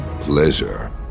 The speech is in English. pleasure